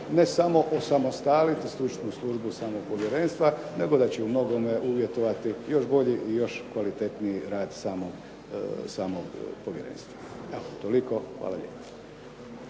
ne samo osamostaliti stručnu službu samog povjerenstva nego da će u mnogome uvjetovati još bolji i još kvalitetniji rad samog povjerenstva. Evo toliko. Hvala lijepa.